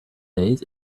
days